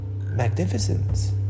magnificence